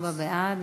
וארבעה בעד.